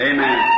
Amen